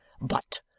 But